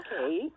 Okay